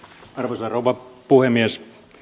arvoisa rouva puhemies